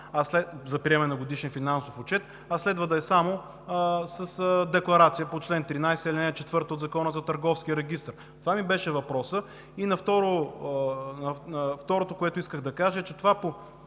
за приемане на годишен финансов отчет, а следва да е само с декларация по чл. 13, ал. 4 от Закона за търговския регистър? Това ми беше въпросът. И второто, което исках да кажа, е, че това по